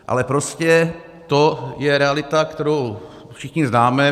Ale prostě to je realita, kterou všichni známe.